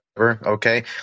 Okay